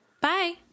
Bye